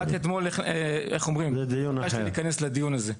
רק אתמול נדרשתי להיכנס לדיון הזה.